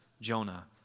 Jonah